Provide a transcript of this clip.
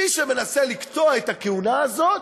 מי שמנסה לקטוע את הכהונה הזאת,